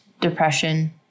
depression